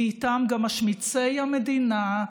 ואיתם גם משמיצי המדינה.